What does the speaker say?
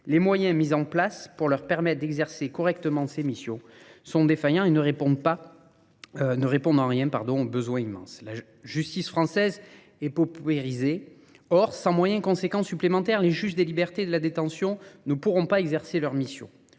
les moyens mis en place pour leur permettre d'exercer correctement ces missions sont défaillants et ne répondent pas ne répondent en rien aux besoins immenses. La justice française est paupérisée. Or, sans moyens et conséquences supplémentaires, les juges des libertés de la détention ne pourront pas exercer leur mission.